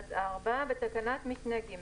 (4) בתקנת משנה (ג)